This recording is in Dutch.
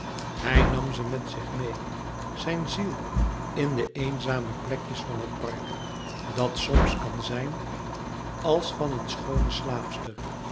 hij nam ze met zich meê zijn ziel in de eenzame plekjes van het park dat soms kan zijn als van een schoone slaapster